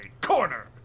Corner